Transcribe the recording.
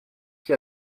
qui